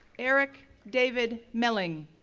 eric david meling,